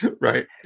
Right